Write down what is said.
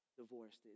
divorced